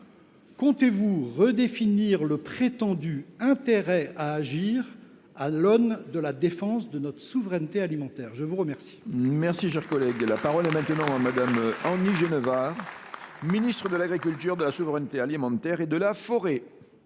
Comptez vous redéfinir le prétendu « intérêt à agir » à l’aune de la défense de notre souveraineté alimentaire ? La parole